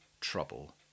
trouble